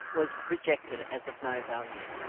was rejected as of no value.